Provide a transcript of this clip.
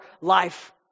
life